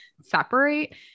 separate